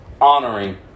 honoring